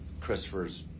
Christopher's